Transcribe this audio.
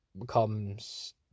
becomes